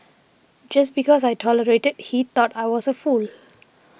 just because I tolerated he thought I was a fool